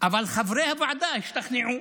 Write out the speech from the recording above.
אבל חברי הוועדה השתכנעו,